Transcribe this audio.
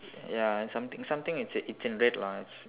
ya something something it's it's in red words